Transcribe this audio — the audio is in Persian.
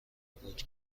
بود